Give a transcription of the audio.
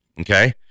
Okay